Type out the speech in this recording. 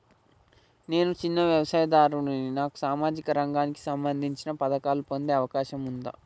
నేను చిన్న వ్యవసాయదారుడిని నాకు సామాజిక రంగానికి సంబంధించిన పథకాలు పొందే అవకాశం ఉందా?